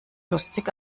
lustig